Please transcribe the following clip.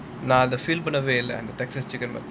நான் அத:naan atha feel பண்ணவே இல்ல:pannavae illa Texas Chicken